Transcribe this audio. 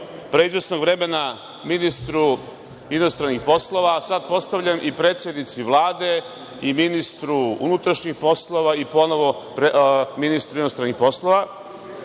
pre izvesnog vremena, ministru inostranih poslova, a sada postavljam i predsednici Vlade i ministru unutrašnjih poslova i ponovo ministru inostranih poslova,